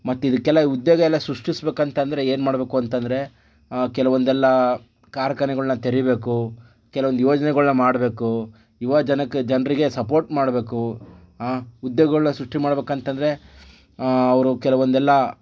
ಮತ್ತೆ ಇದಕ್ಕೆಲ್ಲ ಉದ್ಯೋಗಯೆಲ್ಲ ಸೃಷ್ಟಿಸಬೇಕು ಅಂತಂದರೆ ಏನ್ಮಾಡ್ಬೇಕು ಅಂತಂದರೆ ಕೆಲವೊಂದೆಲ್ಲ ಕಾರ್ಖಾನೆಗಳನ್ನ ತೆರಿಬೇಕು ಕೆಲವೊಂದು ಯೋಜನೆಗಳನ್ನ ಮಾಡಬೇಕು ಯುವ ಜನಕ್ಕೆ ಜನರಿಗೆ ಸಪೋರ್ಟ್ ಮಾಡಬೇಕು ಉದ್ಯೋಗಗಳನ್ನ ಸೃಷ್ಟಿ ಮಾಡ್ಬೇಕಂತಂದರೆ ಅವರು ಕೆಲವೊಂದೆಲ್ಲ